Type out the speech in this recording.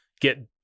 get